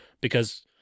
because-